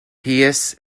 pius